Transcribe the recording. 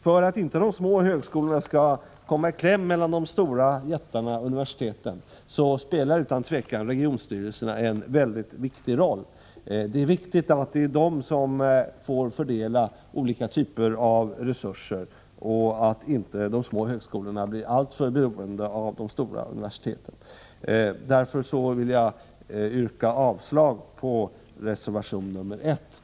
För att inte de små högskolorna skall komma i kläm mellan de stora jättarna, universiteten, spelar utan tvivel regionstyrelserna en mycket viktig roll. Det är viktigt att det är regionstyrelserna som får fördela olika typer av resurser, så att de små högskolorna inte blir alltför beroende av de stora universiteten. Därför yrkar jag avslag på Nr 101 reservation 1. Onsdagen den Herr talman!